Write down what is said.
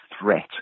threat